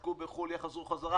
ייבדקו בחו"ל, יחזרו חזרה.